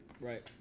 Right